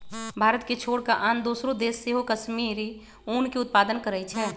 भारत के छोर कऽ आन दोसरो देश सेहो कश्मीरी ऊन के उत्पादन करइ छै